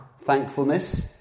Thankfulness